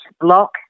block